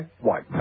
white